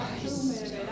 Christ